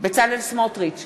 בצלאל סמוטריץ,